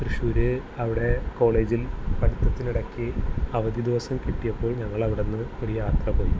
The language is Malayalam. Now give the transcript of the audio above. തൃശൂർ അവിടെ കോളേജിൽ പഠിത്തത്തിനിടയ്ക്ക് അവധി ദിവസം കിട്ടിയപ്പോൾ ഞങ്ങളവിടെനിന്ന് ഒരു യാത്ര പോയി